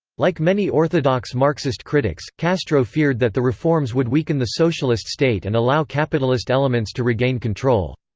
like many orthodox marxist critics, castro feared that the reforms would weaken the socialist state and allow capitalist elements to regain control.